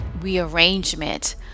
rearrangement